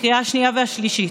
לקריאה השנייה והשלישית.